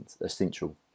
essential